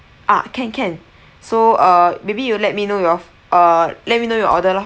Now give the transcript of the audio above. ah can can so err maybe you let me know your err let me know your order lor